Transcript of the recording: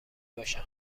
باشن